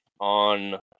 on